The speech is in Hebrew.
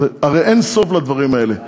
הרי אין סוף לדברים האלה.